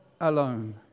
alone